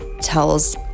tells